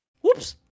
Whoops